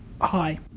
Hi